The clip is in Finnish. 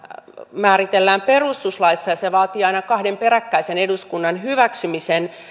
määritellään perustuslaissa ja se vaatii aina kahden peräkkäisen eduskunnan hyväksymisen